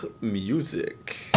music